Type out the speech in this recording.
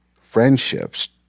friendships